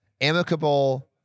amicable